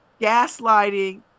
gaslighting